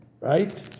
right